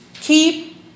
keep